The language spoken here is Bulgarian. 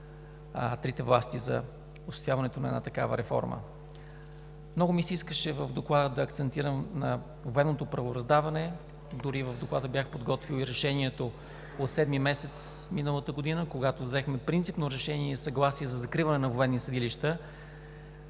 трите власти за осъществяването на една такава реформа. Много ми искаше в Доклада да акцентирам на военното правораздаване, дори в него бях подготвил и решението от месец юли миналата година, когато взехме принципно решение и съгласие за закриване на военни съдилища.